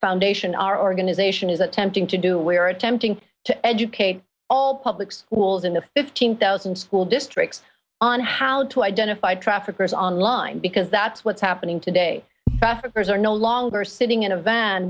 foundation our organization is attempting to do we are attempting to educate all public schools in the fifteen thousand school districts on how to identify traffickers online because that's what's happening today there's are no longer sitting in a van